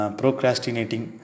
procrastinating